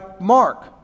Mark